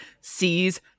sees